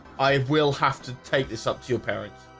i will have to take this up to your parents